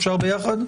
אפשר ביחד?